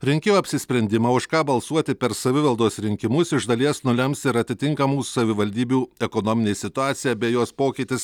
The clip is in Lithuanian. rinkėjo apsisprendimą už ką balsuoti per savivaldos rinkimus iš dalies nulems ir atitinkamų savivaldybių ekonominė situacija bei jos pokytis